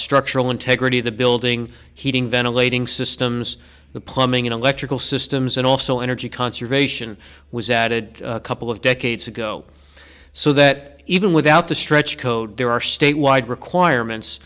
structural integrity of the building heating ventilating systems the plumbing electrical systems and also energy conservation was added a couple of decades ago so that even without the stretch code there are statewide requirements